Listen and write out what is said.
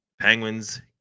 Penguins